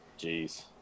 Jeez